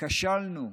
כשלנו,